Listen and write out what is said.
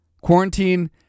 Quarantine